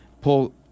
pull